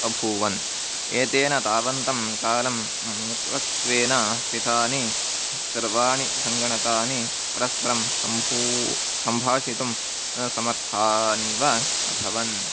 अभूवन् एतेन तावन्तं कालं मुक्तत्वेन स्थितानि सर्वाणि सङ्गणकानि परस्परं सम्भूय सम्भाषितुं समर्थानि वा अभवन्